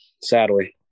sadly